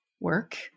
work